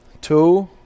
two